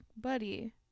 buddy